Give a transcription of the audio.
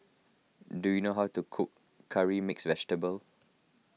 do you know how to cook Curry Mixed Vegetable